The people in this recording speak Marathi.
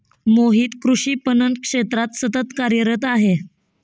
मोहित कृषी पणन क्षेत्रात सतत कार्यरत आहे